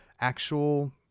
actual